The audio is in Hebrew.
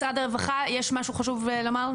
משרד הרווחה, יש משהו חשוב לומר?